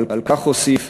ועל כך אוסיף: